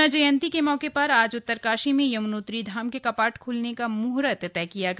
यम्ना जयंती के मौके पर आज उत्तरकाशी में यम्नोत्री धाम के कपाट खोलने का मुहूर्त तय किया गया